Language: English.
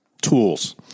tools